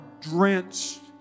drenched